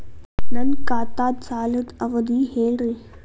ನನ್ನ ಖಾತಾದ್ದ ಸಾಲದ್ ಅವಧಿ ಹೇಳ್ರಿ